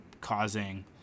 causing